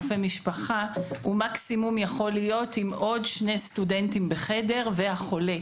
רופא משפחה - הוא מקסימום יכול להיות עם עוד שני סטודנטים בחדר והחולה.